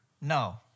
No